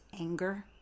anger